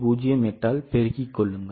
08 ஆல் பெருக்கிக் கொள்ளுங்கள்